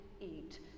eat